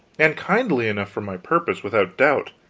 and kindly enough for my purpose, without doubt,